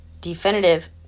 definitive